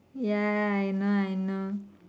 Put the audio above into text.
ya I know I know